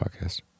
podcast